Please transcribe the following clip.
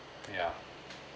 yeah